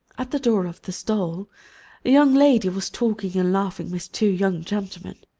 at the door of the stall a young lady was talking and laughing with two young gentlemen.